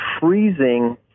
freezing